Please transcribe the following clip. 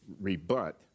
rebut